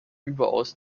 überaus